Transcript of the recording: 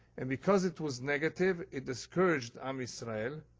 and because it was negative, it discouraged am israel